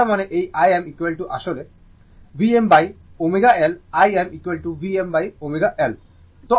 তার মানে এই Im আসলে Vmω L Im Vmω L